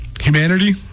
humanity